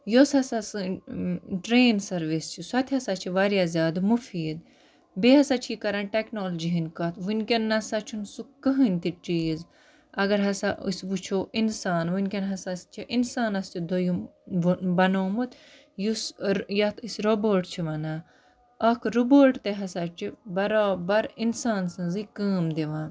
یۄس ہَسا سٲنۍ ٹرٛین سٔروِس چھِ سۄ تہِ ہَسا چھِ واریاہ زیادٕ مُفیٖد بیٚیہِ ہَسا چھِ یہِ کَران ٹٮ۪کنالجی ہِنٛدۍ کَتھ وٕنۍکٮ۪ن نہ سا چھُنہٕ سُہ کٕہۭنۍ تہِ چیٖز اگر ہَسا أسۍ وٕچھو اِنسان وٕنۍکٮ۪ن ہَسا چھِ اِنسانَس تہِ دوٚیِم بَنومُت یُس یَتھ أسۍ روبوٹ چھِ وَنان اَکھ روبوٹ تہِ ہَسا چھِ بَرابَر اِنسان سٕنٛزٕے کٲم دِوان